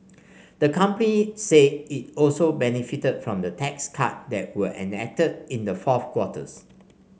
the company said it also benefited from the tax cut that were enacted in the fourth quarters